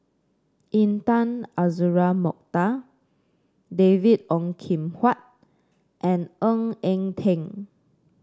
Intan Azura Mokhtar David Ong Kim Huat and Ng Eng Teng